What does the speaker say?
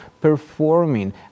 performing